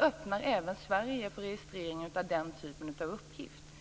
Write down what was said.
öppnar även Sverige för registrering av den typen av uppgifter.